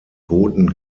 booten